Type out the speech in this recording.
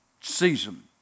season